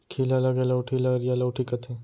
खीला लगे लउठी ल अरिया लउठी कथें